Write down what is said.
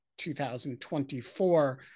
2024